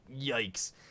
yikes